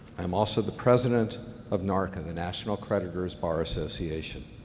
i am also the president of narca, the national creditors bar association.